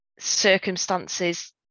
circumstances